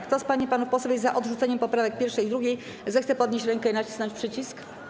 Kto z pań i panów posłów jest za odrzuceniem poprawek 1. i 2., zechce podnieść rękę i nacisnąć przycisk.